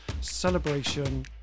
celebration